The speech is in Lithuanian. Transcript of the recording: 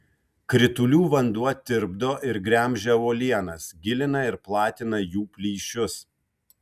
kritulių vanduo tirpdo ir gremžia uolienas gilina ir platina jų plyšius